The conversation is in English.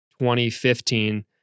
2015